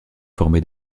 formait